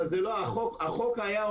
החוק הקודם.